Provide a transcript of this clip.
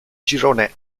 girone